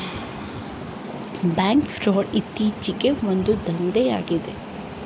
bank fraud ಇತ್ತೀಚೆಗೆ ಒಂದು ದಂಧೆಯಾಗಿದೆ